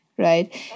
right